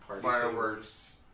Fireworks